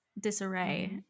disarray